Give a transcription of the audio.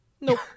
Nope